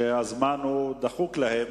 שהזמן דחוק להם,